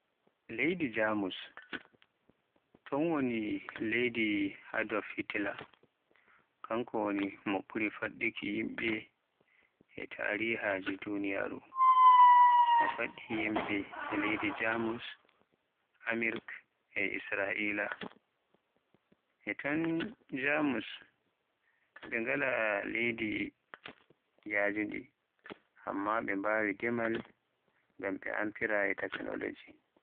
Leydi Jamus ton woni leydi Adolph Hitler kanki woni mo ɓuri faɗɗuki yimɓe e tarihaaji duniyaaru. Mo faɗɗi yimɓe e leyde Jamus, Amirk, e Isra'ila. E ton Jamus ɓe ngala leydi yajundi Amma ɓe mbawi demal ngam ɓe amfira e takanaloji.